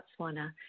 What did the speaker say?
Botswana